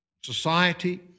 society